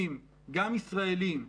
חבר הכנסת ארבל, בבקשה.